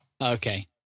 Okay